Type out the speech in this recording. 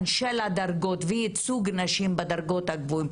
של הדרגות וייצוג נשים בדרגות הגבוהות,